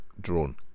drone